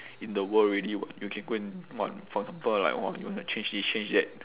in the world already [what] you can go and what for example like !wah! you want to change this change that